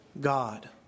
God